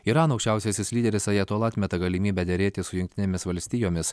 irano aukščiausiasis lyderis ajatola atmeta galimybę derėtis su jungtinėmis valstijomis